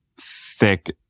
thick